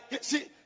see